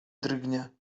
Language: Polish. drgnie